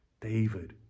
David